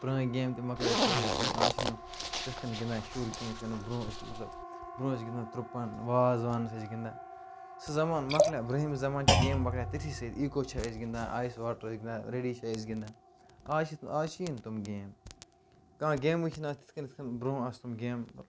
پرٲنۍ گیم تہِ مکلے سٲری تم آز چھِنہٕ تِتھ کٔنۍ گِنٛدان شُر کِہیٖنۍ یِتھنۍ برونہہ ٲسۍ طلب برونٛہہ ٲس گنٛدان ترٛوٚپَن وازوانَس ٲسۍ گِنٛدان سُہ زمان مَکلیو برہمہِ زمان چھِ گیم مَکلیاے تٔتھی سۭتۍ ایٖکو چھِ أسۍ گِنٛدان آیِس واٹر چھِ ٲسۍ گِنٛدان یڈی چھِ أسۍ گندان آز چھِ آز چھِی نہ تٕم گیم کانٛہہ گیمٕے چھِنہٕ آز تِتھ کٔنۍ یِتھ کٔنۍ برونٛہہٕ آسہٕ تم گیم